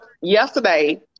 yesterday